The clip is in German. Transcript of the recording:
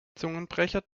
zungenbrecher